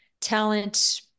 talent